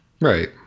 Right